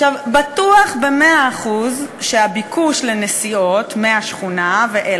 בטוח במאה אחוז שהביקוש לנסיעות מהשכונה ואל